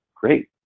Great